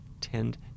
tend